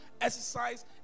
exercise